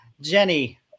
Jenny